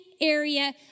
area